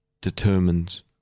determines